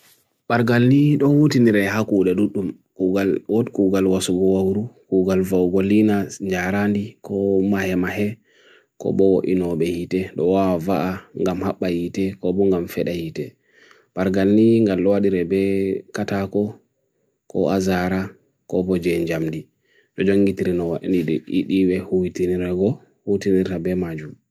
Pargalli doh utinirre haku da dutum, kugal ut, kugal wasubo aguru, kugal fawgolina njarani, ko mahe-mahe, ko bo inobe hiti, dohawa vaa, ngam hapa hiti, ko bo gam feda hiti. Pargalli ngar luwa di rebe kata ko, ko azhara, ko bo jen jamdi, rojongi tiri nowa, ini diwe huwitinirre go, huwitinirre be majum.